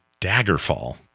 Daggerfall